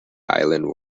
island